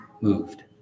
moved